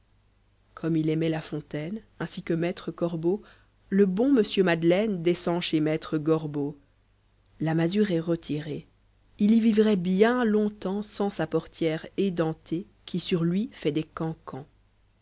comme il aimait la fontaine ainsi que maître corbeau le bon monsieur madeleine descend chez matlrè gprbeau la masure est retirée il y vivrait bien longtemps sans sa portière édentée qui sur lui fait des cancans